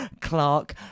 Clark